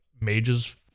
mages